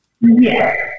Yes